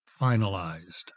finalized